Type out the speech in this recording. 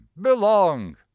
belong